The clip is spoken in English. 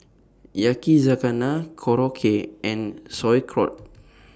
Yakizakana Korokke and Sauerkraut